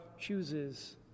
chooses